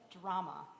drama